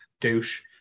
douche